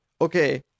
Okay